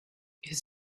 his